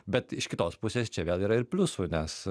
bet iš kitos pusės čia vėl yra ir pliusų nes